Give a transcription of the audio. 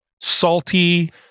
salty